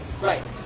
Right